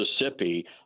Mississippi